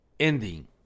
ending